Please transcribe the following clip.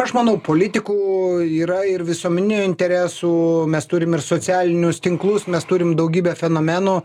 aš manau politikų yra ir visuominių interesų mes turim ir socialinius tinklus mes turim daugybę fenomenų